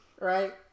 right